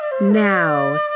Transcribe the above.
now